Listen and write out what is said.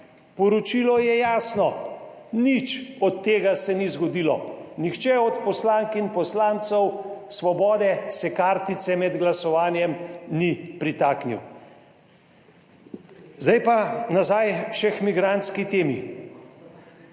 Poročilo je jasno, nič od tega se ni zgodilo, nihče od poslank in poslancev Svobode se kartice med glasovanjem ni pritaknil. Zdaj pa nazaj še k migrantski temi.